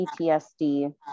PTSD